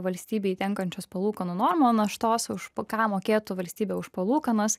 valstybei tenkančios palūkanų normų naštos už ką mokėtų valstybė už palūkanas